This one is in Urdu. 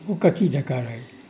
وہ کچھی ڈھکار ہے